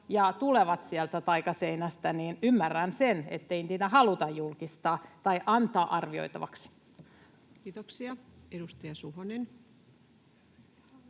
ja tulevat sieltä taikaseinästä — niin ymmärrän sen, ettei niitä haluta julkistaa tai antaa arvioitaviksi. Kiitoksia. — Edustaja Suhonen.